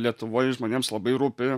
lietuvoj žmonėms labai rūpi